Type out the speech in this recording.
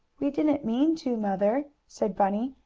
we didn't mean to, mother, said bunny,